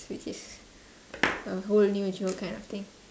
which is a whole new joke kind of thing